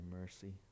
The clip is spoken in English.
mercy